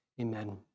Amen